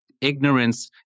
Ignorance